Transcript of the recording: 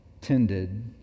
tended